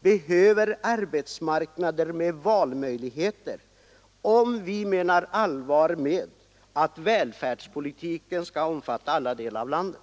måste få arbetsmarknader med valmöjligheter, om vi menar allvar med att välfärdspolitiken skall omfatta alla delar av landet.